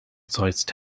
sized